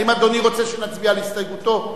האם אדוני רוצה שנצביע על הסתייגותו?